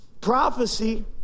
Prophecy